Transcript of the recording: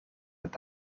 het